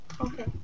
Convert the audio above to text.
Okay